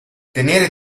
tenere